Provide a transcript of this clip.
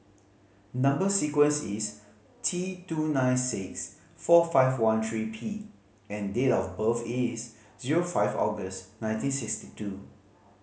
number sequence is T two nine six four five one three P and date of birth is zero five August nineteen sixty two